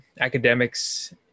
academics